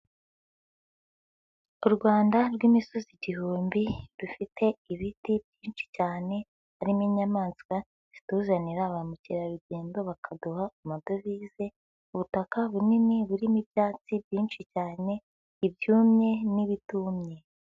U Rwanda rw'imisozi igihumbi rufite ibiti byinshi cyane, harimo inyamaswa zituzanira ba mukerarugendo bakaduha amadovize, ubutaka bunini burimo ibyatsi byinshi cyane ibyumye n'ibitumye.